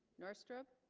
north stroke